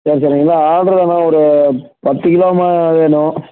சரி சரி இல்லை ஆர்ட்ரு வேணால் ஒரு பத்து கிலோ ம அது வேணும்